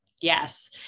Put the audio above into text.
Yes